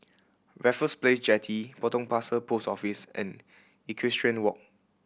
Raffles Place Jetty Potong Pasir Post Office and Equestrian Walk